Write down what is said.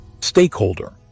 Stakeholder